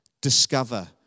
discover